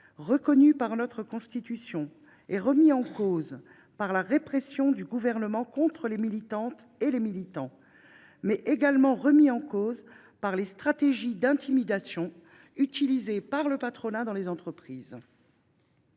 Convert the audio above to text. reconnu par notre Constitution, est remis en cause par la répression du Gouvernement contre les militantes et les militants, mais également par les stratégies d’intimidation utilisées par le patronat dans les entreprises.